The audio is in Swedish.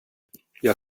jag